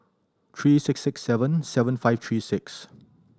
three six six seven seven five three six